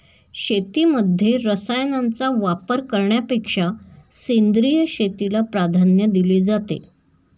शेतीमध्ये रसायनांचा वापर करण्यापेक्षा सेंद्रिय शेतीला प्राधान्य दिले जाते